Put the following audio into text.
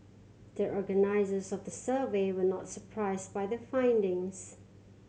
the organisers of the survey were not surprised by the findings